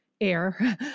Air